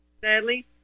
sadly